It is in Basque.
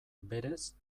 berez